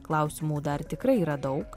klausimų dar tikrai yra daug